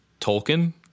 Tolkien